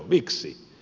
miksi